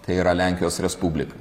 tai yra lenkijos respublika